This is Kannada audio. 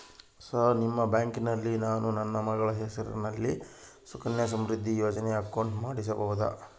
ಸರ್ ನಿಮ್ಮ ಬ್ಯಾಂಕಿನಲ್ಲಿ ನಾನು ನನ್ನ ಮಗಳ ಹೆಸರಲ್ಲಿ ಸುಕನ್ಯಾ ಸಮೃದ್ಧಿ ಯೋಜನೆ ಅಕೌಂಟ್ ಮಾಡಿಸಬಹುದಾ?